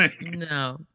no